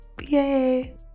Yay